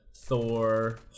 Thor